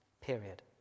period